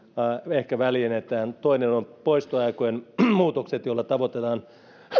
ehkä väljennetään toinen on poistoaikojen muutokset joilla tavoitellaan